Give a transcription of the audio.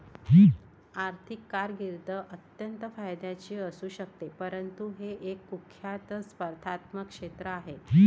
आर्थिक कारकीर्द अत्यंत फायद्याची असू शकते परंतु हे एक कुख्यात स्पर्धात्मक क्षेत्र आहे